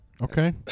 Okay